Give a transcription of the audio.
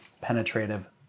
penetrative